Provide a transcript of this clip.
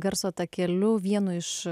garso takeliu vienu iš